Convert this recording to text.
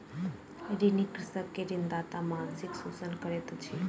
ऋणी कृषक के ऋणदाता मानसिक शोषण करैत अछि